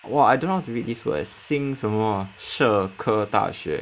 !wah! I don't know how to read this word leh 新什么社科大学